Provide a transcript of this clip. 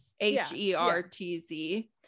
H-E-R-T-Z